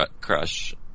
crush